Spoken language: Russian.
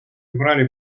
избрали